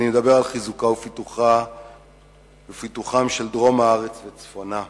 אני מדבר על חיזוקם ופיתוחם של דרום הארץ וצפונה.